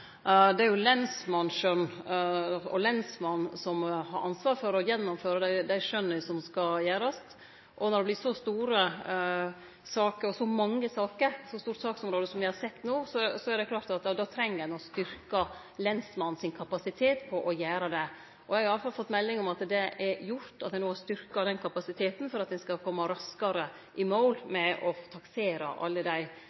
Det er lensmannsskjøn og lensmannen som har ansvaret for å gjennomføre dei skjøna som skal gjerast. Og når det blir så store og mange saker – eit så stort saksområde som me har sett no – er det klart at ein treng å styrke lensmannen sin kapasitet til å gjere det. Eg har i alle fall fått melding om at det er gjort, og at ein no har styrkt den kapasiteten, for at ein skal kome raskare i mål med å taksere alle dei